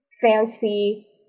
fancy